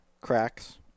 cracks